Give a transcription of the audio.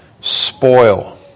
spoil